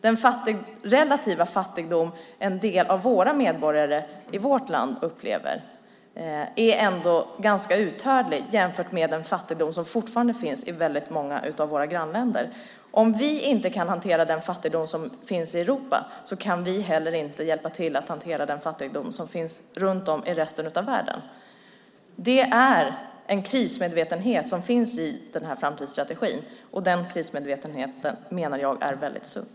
Den relativa fattigdom som en del av medborgarna i vårt land upplever är ändå ganska uthärdlig jämfört med den fattigdom som fortfarande finns i många av våra grannländer. Om vi inte kan hantera den fattigdom som finns i Europa kan vi inte heller hjälpa till att hantera den fattigdom som finns runt om i resten av världen. Det är en krismedvetenhet som finns i den här framtidsstrategin, och den krismedvetenheten menar jag är väldigt sund.